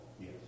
Yes